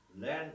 learn